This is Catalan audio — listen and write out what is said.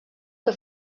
que